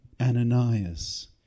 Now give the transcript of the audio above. Ananias